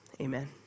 Amen